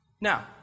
Now